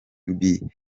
mbi